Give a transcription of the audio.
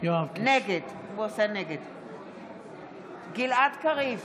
נגד גלעד קריב,